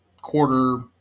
quarter